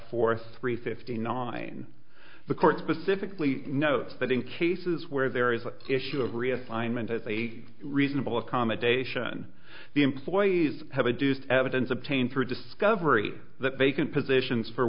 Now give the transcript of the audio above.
for three fifty nine the court specifically notes that in cases where there is an issue of reassignment it's a reasonable accommodation the employees have a deuced evidence obtained through discovery that vacant positions for